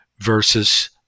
versus